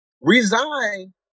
resign